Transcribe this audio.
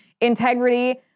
integrity